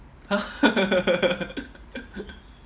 !huh!